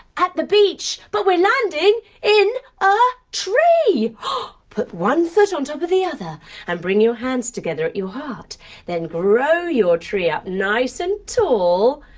at the beach, but we're landing in a ah tree! ah put one foot on top of the other and bring your hands together at your heart then grow your tree up nice and tall.